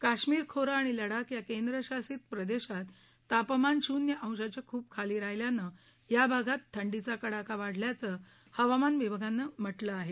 काश्मीर खोरं आणि लडाख या केंद्रशासित प्रदेशात तापमान शून्य अंशाच्या खूप खाली राहिल्यानं या भागात थंडीचा कडाका वाढल्याचं हवामान विभागानं म्हटलं आहे